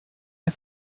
der